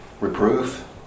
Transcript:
reproof